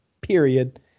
period